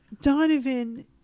Donovan